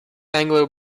anglo